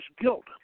guilt